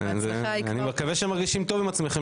אני מקווה שאתם מרגישים טוב עם עצמכם